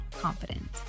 confident